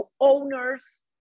owners